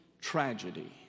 tragedy